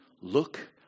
look